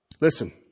Listen